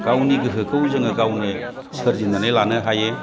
गावनि गोहोखौ जोङो गावनो सोरजिनानै लानो हायो